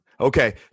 Okay